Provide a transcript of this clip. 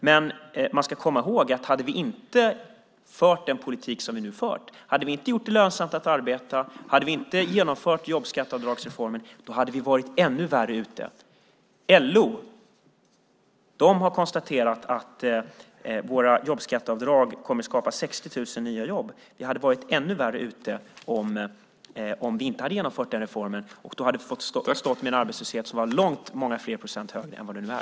Men man ska komma ihåg att hade vi inte fört den politik som vi har fört - hade vi inte gjort det lönsamt att arbeta, hade vi inte genomfört jobbskatteavdragsreformen - hade vi varit ännu värre ute. LO har konstaterat att våra jobbskatteavdrag kommer att skapa 60 000 nya jobb. Vi hade varit ännu värre ute om vi inte hade genomfört den reformen. Då hade vi stått med en arbetslöshet som var många procent högre än den nu är.